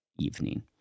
evening